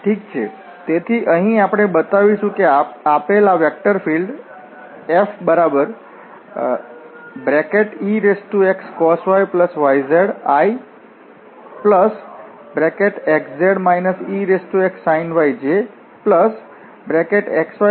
ઠીક છે તેથી અહીં આપણે બતાવીશું કે આપેલ આ vector field Fexcos yyz ijxyzk conservative છે